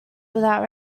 without